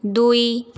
ଦୁଇ